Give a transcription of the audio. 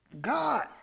God